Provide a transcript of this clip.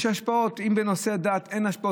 אם בנושא דת אין השפעות,